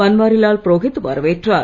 பன்வாரிலால் புரோஹித் வரவேற்றார்